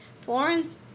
Florence